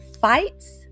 fights